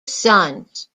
sons